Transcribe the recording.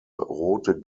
rote